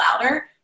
louder